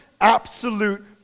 absolute